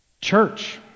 church